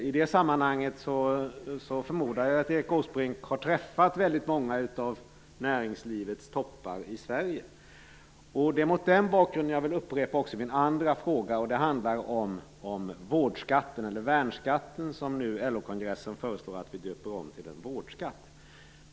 I det sammanhanget förmodar jag att Erik Åsbrink har träffat väldigt många av näringslivets toppar i Sverige. Det är mot den bakgrunden jag vill upprepa också min andra fråga. Den handlar om värnskatten, som LO-kongressen föreslår att vi döper om till en vårdskatt.